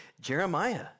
Jeremiah